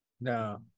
No